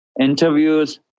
interviews